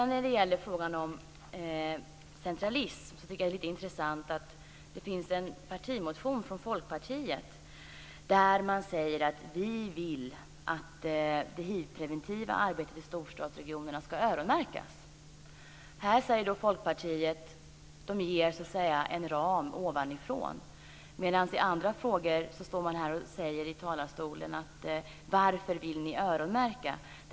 När det gäller frågan om centralism är det lite intressant att det finns en partimotion från Folkpartiet där man säger: Vi vill att det hivpreventiva arbetet i storstadsregionerna ska öronmärkas. Här ger Folkpartiet så att säga en ram ovanifrån men i andra frågor frågar man: Varför vill ni öronmärka?